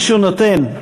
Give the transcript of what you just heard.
מי שנותן,